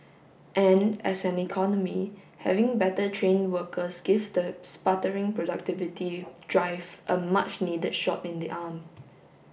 and as an economy having better trained workers gives the sputtering productivity drive a much needed shot in the arm